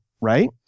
right